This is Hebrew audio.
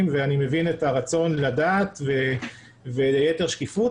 ואני מבין את הרצון לדעת ויתר שקיפות,